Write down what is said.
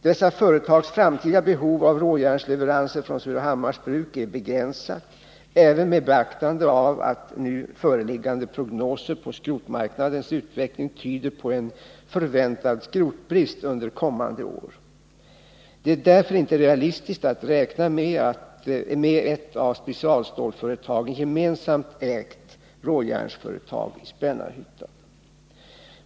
Dessa företags framtida behov av råjärnsleveranser från Surahammars Bruk är begränsat, även med beaktande av att nu föreliggande prognoser på skrotmarknadens utveckling tyder på en förväntad skrotbrist under kommande år. Det är därför inte realistiskt att räkna med ett av specialstålsföretagen gemensamt ägt råjärnsföretag i Spännarhyttan.